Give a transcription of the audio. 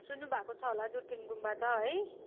सुन्नुभएको छ होला दुर्पिन गुम्बा त है